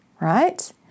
right